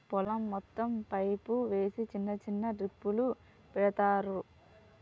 పొలం మొత్తం పైపు వేసి చిన్న చిన్న డ్రిప్పులు పెడతార్